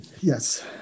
Yes